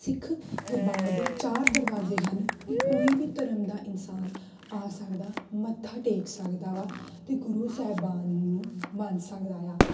ਸਿੱਖ ਦਰਬਾਰ ਦੇ ਚਾਰ ਦਰਵਾਜ਼ੇ ਹਨ ਕਿ ਕੋਈ ਵੀ ਧਰਮ ਦਾ ਇਨਸਾਨ ਆ ਸਕਦਾ ਮੱਥਾ ਟੇਕ ਸਕਦਾ ਵਾ ਅਤੇ ਗੁਰੂ ਸਾਹਿਬਾਨ ਨੂੰ ਮੰਨ ਸਕਦਾ ਆ